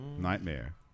Nightmare